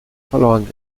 verloren